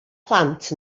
plant